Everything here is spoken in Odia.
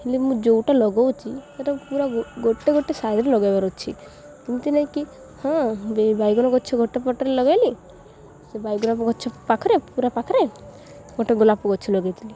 ହେଲେ ମୁଁ ଯେଉଁଟା ଲଗାଉଛି ସେଇଟା ପୁରା ଗୋଟେ ଗୋଟେ ସାଇଜ୍ରେ ଲଗାଇବାର ଅଛି ଏମିତି ନାହିଁ କି ହଁ ବାଇଗଣ ଗଛ ଗୋଟେ ପଟରେ ଲଗାଇଲି ସେ ବାଇଗଣ ଗଛ ପାଖରେ ପୁରା ପାଖରେ ଗୋଟେ ଗୋଲାପ ଗଛ ଲଗାଇଥିଲି